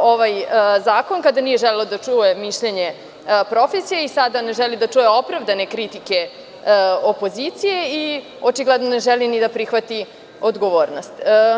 ovaj zakon, kada nije želelo da čuje mišljenje profesije i sada ne želi da čuje opravdane kritike opozicije i očigledno ne želi ni da prihvati odgovornost.